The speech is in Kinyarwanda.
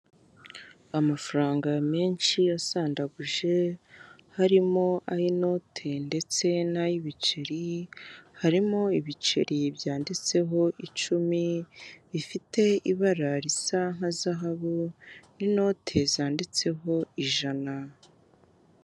Amafaranga menshi asandaguje harimo ay'inote ndetse n'ay'ibiceri, harimo ibiceri byanditseho icumi bifite ibara risa nka zahabu n'inote zanditseho ijana.